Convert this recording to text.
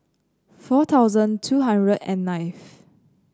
four thousand two hundred and ninth